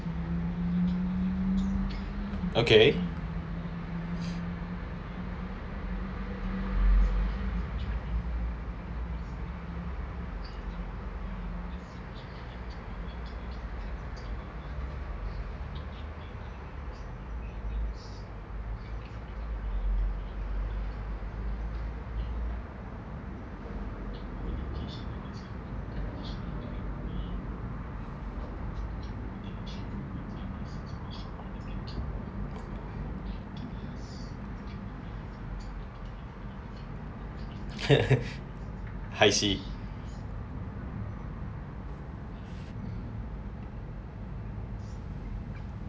okay I see